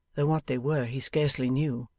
though what they were he scarcely knew.